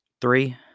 Three